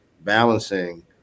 balancing